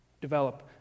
develop